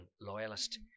Loyalist